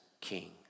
king